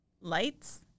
Lights